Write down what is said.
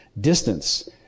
distance